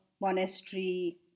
monastery